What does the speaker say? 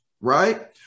right